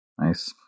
Nice